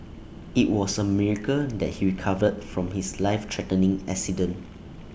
IT was A miracle that he recovered from his life threatening accident